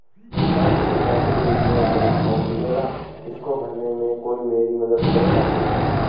क्या मुझे पैसे भेजने वाला फॉर्म मिलेगा इसको भरने में कोई मेरी मदद करेगा?